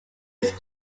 its